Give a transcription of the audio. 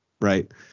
right